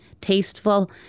tasteful